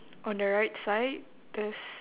on the right side there's